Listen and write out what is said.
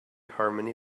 harmony